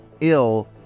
ill